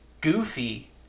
goofy